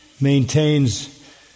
maintains